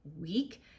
week